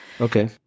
Okay